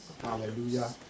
hallelujah